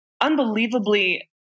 unbelievably